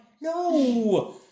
no